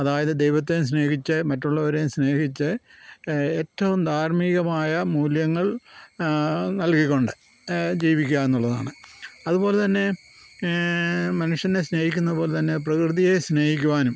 അതായത് ദൈവത്തെ സ്നേഹിച്ച് മറ്റുള്ളവരേയും സ്നേഹിച്ച് ഏറ്റവും ധാർമികമായ മൂല്യങ്ങൾ നൽകിക്കൊണ്ട് ജീവിക്കുക എന്നുള്ളതാണ് അതുപോലെ തന്നെ മനുഷ്യനെ സ്നേഹിക്കുന്നത് പോലെ തന്നെ പ്രകൃതിയെ സ്നേഹിക്കുവാനും